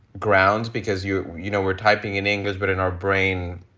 grounds. because, you you know, we're typing in english, but in our brain,